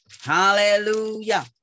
Hallelujah